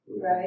Right